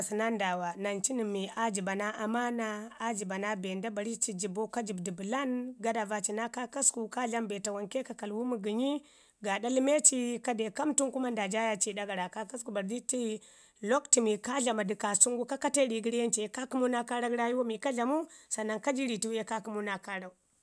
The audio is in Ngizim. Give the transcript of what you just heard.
Nan cu nən mi aa jiba naa amana, a jiba naa be nda bari ci, jibau ka jib du bəlam gadaava ci naa kakasku. Ka dlama be tauranke ka kalwi məgənyi gaaɗa ləme ci, ka de ka mətun nda jaaya ii ɗa gara. Kaakasa bari di ci lakutu mi kaa dlama du kaasən gu, ka kate ri gəri nən ciye kaa kəmu naa kaarak rayuwa mi ka dlamu, sannan kaji ritiwu ye kaa kəmu naa kaarak gu.